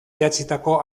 idatzitako